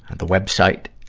the web site,